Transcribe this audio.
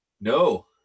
No